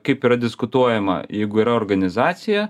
kaip yra diskutuojama jeigu yra organizacija